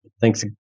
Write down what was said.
thanks